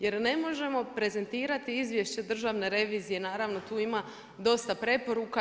Jer ne možemo prezentirati izvješće Državne revizije naravno tu ima dosta preporuka.